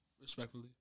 Respectfully